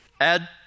Add